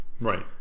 Right